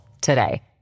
today